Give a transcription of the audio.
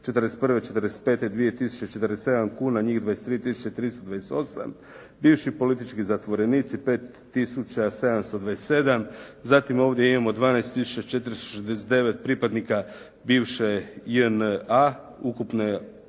'41. '45. 2047. kuna njih 23328. Bivši politički zatvorenici 5727. Zatim ovdje imamo 12469 pripadnika bivše JNA, ukupna